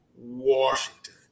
Washington